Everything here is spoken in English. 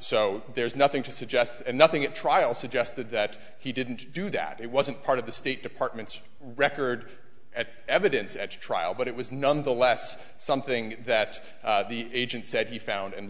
so there's nothing to suggest and nothing at trial suggested that he didn't do that it wasn't part of the state department's record at evidence at trial but it was nonetheless something that the agent said he found and